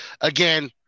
again